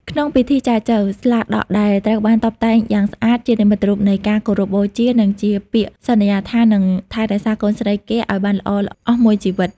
ក្នុងពិធីចែចូវ "ស្លាដក" ដែលត្រូវបានតុបតែងយ៉ាងស្អាត ជានិមិត្តរូបនៃការគោរពបូជា និងជាពាក្យសន្យាថានឹងថែរក្សាកូនស្រីគេឱ្យបានល្អអស់មួយជីវិត។